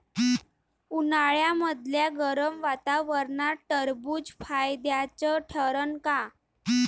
उन्हाळ्यामदल्या गरम वातावरनात टरबुज फायद्याचं ठरन का?